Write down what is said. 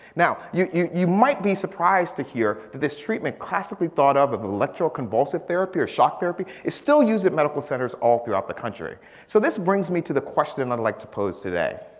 now you you might be surprised to hear that this treatment classically thought of. of electroconvulsive therapy of shock therapy is still used in medical centers all throughout the country. so this brings me to the question i'd like to pose today.